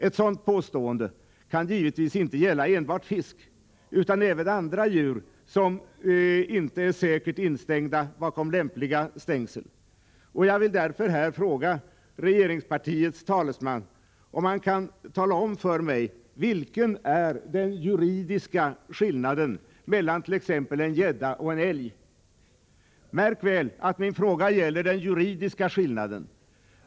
Ett sådant påstående kan givetvis inte gälla enbart fisk utan även andra djur som inte är säkert instängda bakom lämpliga stängsel. Därför vill jag här fråga regeringspartiets talesman, om han kan tala om för mig vilken den juridiska skillnaden är mellan t.ex. en gädda och en älg. Märk väl att min fråga gäller den juridiska skillnaden.